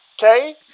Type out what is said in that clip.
okay